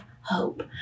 hope